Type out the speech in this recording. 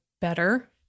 better